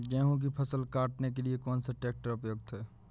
गेहूँ की फसल काटने के लिए कौन सा ट्रैक्टर उपयुक्त है?